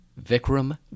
Vikram